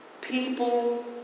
People